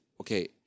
okay